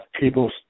people